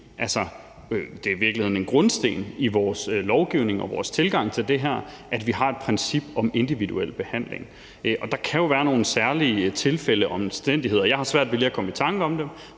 det er i virkeligheden en grundsten i vores lovgivning og vores tilgang til det her – at vi har et princip om individuel behandling. Der kan jo være nogle særlige tilfælde eller omstændigheder – jeg har svært ved at komme i tanke om dem